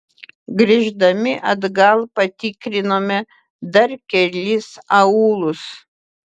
grįždami atgal patikrinome dar kelis aūlus